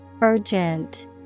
urgent